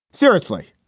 seriously?